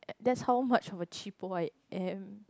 that's how much of a cheapo I am